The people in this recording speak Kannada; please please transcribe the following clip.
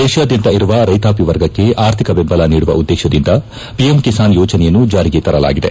ದೇಶಾದ್ದಂತ ಇರುವ ರೈತಾಪಿ ವರ್ಗಕ್ಕೆ ಆರ್ಥಿಕ ಬೆಂಬಲ ನೀಡುವ ಉದ್ಗೇಶದಿಂದ ಪಿಎಂ ಕಿಸಾನ್ ಯೋಜನೆಯನ್ನು ಜಾರಿಗೆ ತರಲಾಗಿದೆ